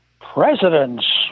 Presidents